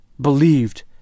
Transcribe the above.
believed